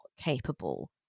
capable